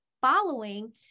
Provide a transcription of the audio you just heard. following